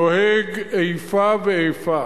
נוהג איפה ואיפה.